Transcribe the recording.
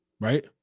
Right